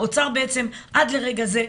האוצר בעצם עד לרגע זה,